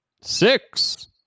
Six